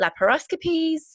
laparoscopies